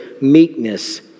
meekness